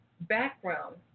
background